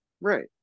Right